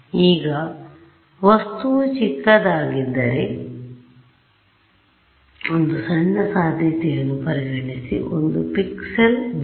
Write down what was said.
ಈಗ ವಸ್ತುವು ಚಿಕ್ಕದಾಗಿದ್ದರೆ ಒಂದು ಸಣ್ಣ ಸಾಧ್ಯತೆಯನ್ನು ಪರಿಗಣಿಸಿ ಒಂದು ಪಿಕ್ಸೆಲ್ ಬಿಳಿ